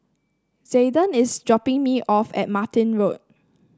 Zaiden is dropping me off at Martin Road